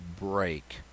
break